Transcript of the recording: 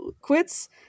quits